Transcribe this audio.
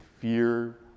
fear